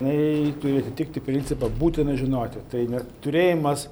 jinai turi atitikti principą būtina žinoti tai ne turėjimas